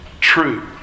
true